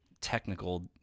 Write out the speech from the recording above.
technical